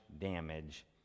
damage